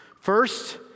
First